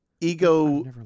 ego